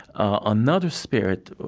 another spirit,